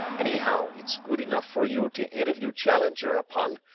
anyhow, it's good enough for you to interview challenger upon.